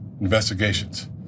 investigations